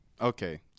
okay